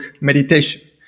Meditation